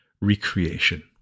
recreation